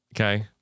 Okay